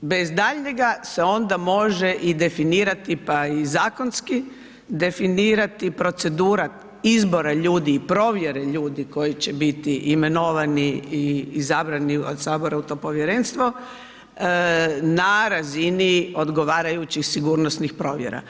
bez daljnjega se onda može i definirati pa i zakonski, definirati procedura izbora ljudi i provjere ljudi koji će biti imenovani i izabrani od Sabora u to povjerenstvo na razini odgovarajućih sigurnosnih provjera.